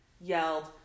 yelled